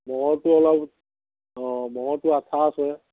ম'হৰটো অলপ অঁ ম'হৰটো আঠা আছে